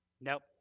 nope